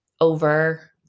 over